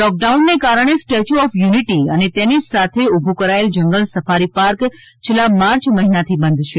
લોકડાઉનને કારણે statue of unity અને તેની સાથે ઉભું કરાયેલ જંગલ સફારી પાર્ક છેલ્લા માર્ચ મહિનાથી બંધ છે